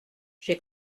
j’ai